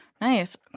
Nice